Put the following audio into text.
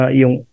yung